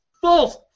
False